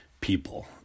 people